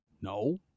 No